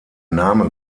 name